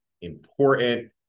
important